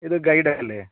ഇത് ഗൈഡ് അല്ലെ